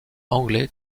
anglais